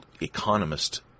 economist